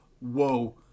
Whoa